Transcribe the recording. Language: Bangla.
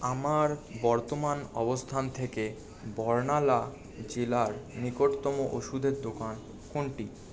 আমার বর্তমান অবস্থান থেকে বর্নালা জেলার নিকটতম ওষুধের দোকান কোনটি